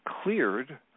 cleared